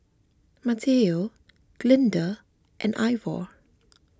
Mateo Glinda and Ivor